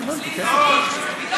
למבוגרים.